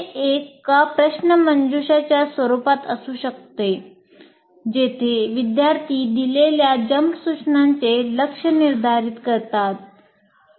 हे एका प्रश्नमंजुषाच्या स्वरूपात असू शकते जेथे विद्यार्थी दिलेल्या जंप सूचनांचे लक्ष्य निर्धारित करतात